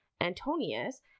Antonius